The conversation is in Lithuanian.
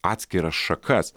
atskiras šakas